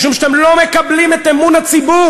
משום שאתם לא מקבלים את אמון הציבור,